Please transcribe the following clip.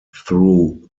through